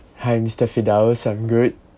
hi mister firdaus I'm good